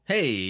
Hey